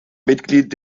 mitglied